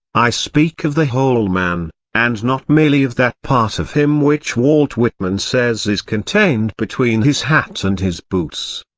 i speak of the whole man, and not merely of that part of him which walt whitman says is contained between his hat and his boots.